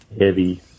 heavy